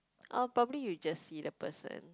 uh probably you just see the person